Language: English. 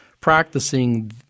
practicing